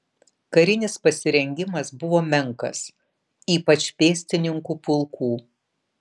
karinis pasirengimas buvo menkas ypač pėstininkų pulkų